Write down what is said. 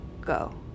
go